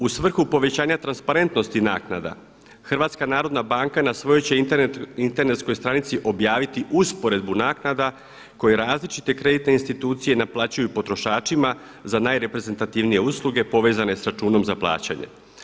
U svrhu povećanja transparentnosti naknada HNB na svojoj će Internetskoj stranici objaviti usporedbu naknada koje različite kreditne institucije naplaćuju potrošačima za najreprezentativnije usluge povezane sa računom za plaćanje.